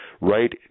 right